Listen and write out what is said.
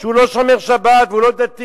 שהוא לא שומר שבת והוא לא דתי: